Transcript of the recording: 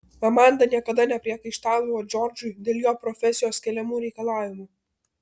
amanda niekada nepriekaištaudavo džordžui dėl jo profesijos keliamų reikalavimų